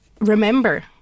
remember